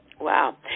Wow